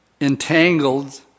entangled